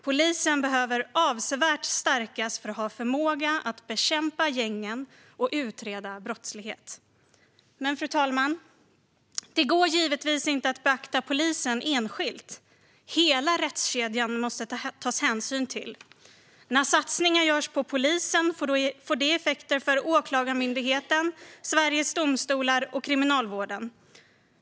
Polisen behöver stärkas avsevärt för att ha förmåga att bekämpa gängen och utreda brottslighet. Men, fru talman, det går givetvis inte att betrakta polisen enskilt. Hela rättskedjan måste tas hänsyn till. När satsningar görs på polisen får det effekter för Åklagarmyndigheten, Sveriges Domstolar och Kriminalvården.